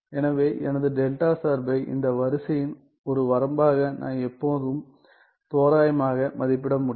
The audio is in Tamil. எனவே எனது டெல்டா சார்பை இந்த வரிசையின் ஒரு வரம்பாக நான் எப்போதும் தோராயமாக மதிப்பிட முடியும்